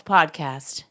Podcast